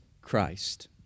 Christ